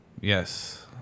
Yes